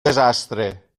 desastre